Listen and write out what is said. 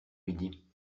midi